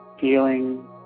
feeling